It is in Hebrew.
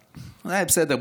בסדר,